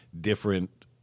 different